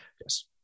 yes